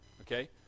Okay